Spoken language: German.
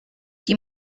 die